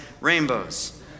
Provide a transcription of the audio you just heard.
rainbows